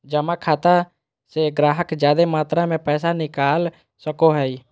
जमा खाता से गाहक जादे मात्रा मे पैसा निकाल सको हय